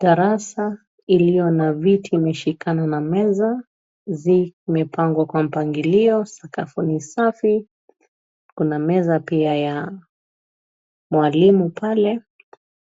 Darasa iliyo na viti imeshikana na meza zimepangwa kwa mpangilio katika kwenye safu. Kuna meza ya mwalimu pale